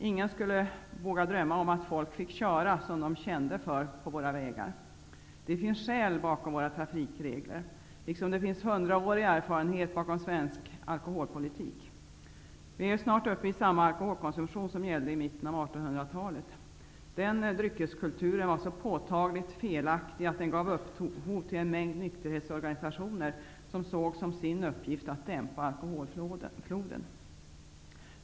Ingen skulle våga drömma om att människor fick köra som de ville på våra vägar. Det finns skäl bakom våra trafikregler, liksom det finns hundraårig erfarenhet bakom svensk alkoholpolitik. Sverige är snart uppe i samma alkoholkonsumtion som under mitten av 1800-talet. Den dryckeskulturen var så påtagligt felaktig att den gav upphov till en mängd nykterhetsorganisationer som såg som sin uppgift att dämpa alkoholfloden.